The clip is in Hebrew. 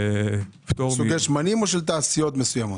סוגי שמנים או של תעשיות מסוימות?